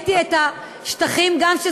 ישבתי פה ושמעתי את כל מה שאמרתם,